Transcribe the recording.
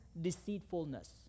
deceitfulness